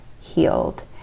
healed